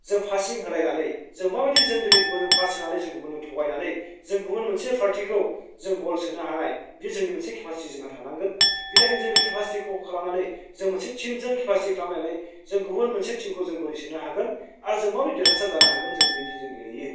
जों पासिं होलायनानै जों माबायदि जों दिनै गुबुनजों पास होनानै जों गुबुननो थगायनानै जों गुबुन मोनसे पार्टिखौ जों गल सोनो हानाय बियो जोंनि मोनसे कोपासिटि जोंहा थानांगोन बिनि थाखाय जों बे केपासिटिखौ खालामनानै जों मोनसे टिमजों केपासिटि खालामलायनानै जों गुबुन मोनसे टिमखौ जों बोरै सोनो हागोन आर जों माब्रै देरहासार जानो हागोन जों बेदि जों गेलेयो